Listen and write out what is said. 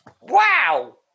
Wow